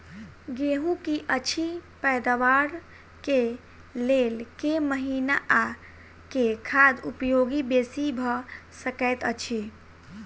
गेंहूँ की अछि पैदावार केँ लेल केँ महीना आ केँ खाद उपयोगी बेसी भऽ सकैत अछि?